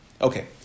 Okay